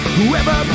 Whoever